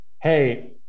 Hey